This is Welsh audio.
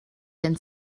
gen